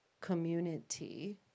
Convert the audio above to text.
community